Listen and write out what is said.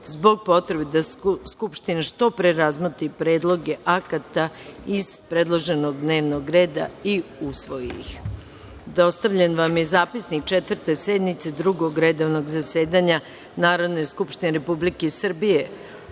zbog potrebe da Skupština što pre razmotri predloge akata iz predloženog dnevnog reda i usvoji ih. Dostavljen vam je zapisnik Četvrte sednice Drugog redovnog zasedanja Narodne skupštine Republike Srbije